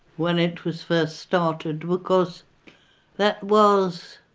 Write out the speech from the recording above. when it was first started because that was